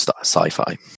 sci-fi